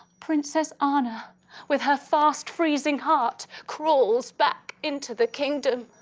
princess anna with her fast-freezing heart crawls back in to the kingdom.